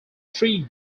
three